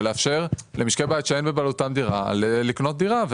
ולאפשר למשקי בית שאין בבעלותם דירה לקנות דירה.